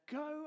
go